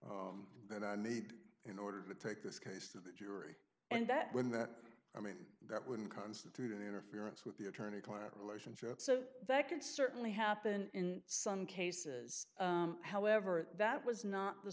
that i need in order to take this case to the jury and that when that i mean that when constitute an interference with the attorney client relationship so that could certainly happen in some cases however that was not the